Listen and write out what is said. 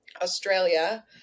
Australia